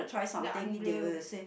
the unreal